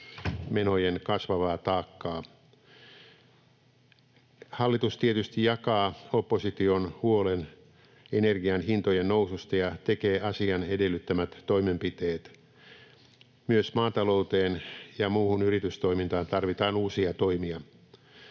energiamenojen kasvavaa taakkaa. Hallitus tietysti jakaa opposition huolen energian hintojen noususta ja tekee asian edellyttämät toimenpiteet. Myös maatalouteen ja muuhun yritystoimintaan tarvitaan uusia toimia.